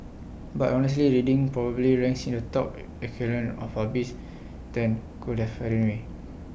but honestly reading probably ranks in the top echelon of hobbies that could have anyway